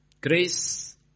Grace